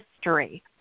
history